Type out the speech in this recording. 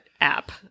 app